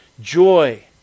Joy